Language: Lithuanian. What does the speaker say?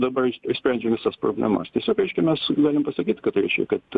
dabar iš išsprendžiu visas problemas tiesiog reiškia mes norim pasakyt kad reiškia kad